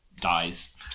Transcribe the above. dies